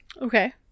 Okay